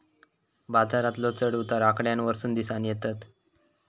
बाजारातलो चढ उतार आकड्यांवरसून दिसानं येतत